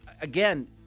again